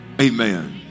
amen